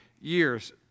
years